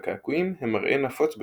וקעקועים הם מראה נפוץ בתחרויות.